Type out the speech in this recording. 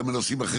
גם בנושאים אחרים.